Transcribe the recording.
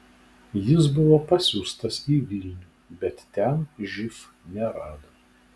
jis buvo pasiųstas į vilnių bet ten živ nerado